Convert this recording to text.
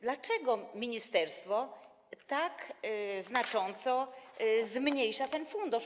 Dlaczego ministerstwo tak znacząco zmniejsza ten fundusz?